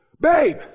Babe